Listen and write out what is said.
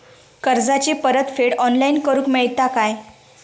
कर्जाची परत फेड ऑनलाइन करूक मेलता काय?